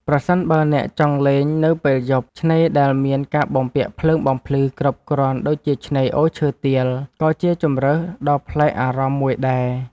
ប្រសិនបើអ្នកចង់លេងនៅពេលយប់ ឆ្នេរដែលមានការបំពាក់ភ្លើងបំភ្លឺគ្រប់គ្រាន់ដូចជាឆ្នេរអូឈើទាល ក៏ជាជម្រើសដ៏ប្លែកអារម្មណ៍មួយដែរ។